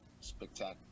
spectacular